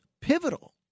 pivotal